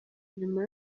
nyuma